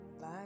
Bye